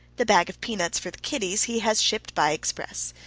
the bag of peanuts for the kiddies he has shipped by express.